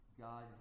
God